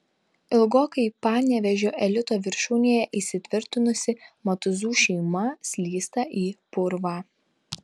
ilgokai panevėžio elito viršūnėje įsitvirtinusi matuzų šeima slysta į purvą